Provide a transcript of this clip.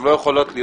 מה נחשב קונצנזוס?